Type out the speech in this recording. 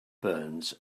burns